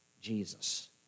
Jesus